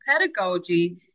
pedagogy